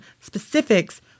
specifics